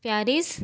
Paris